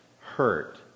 hurt